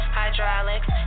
hydraulics